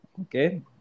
Okay